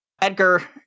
Edgar